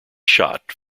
shot